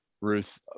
Ruth